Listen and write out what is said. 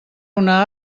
una